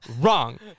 wrong